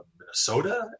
Minnesota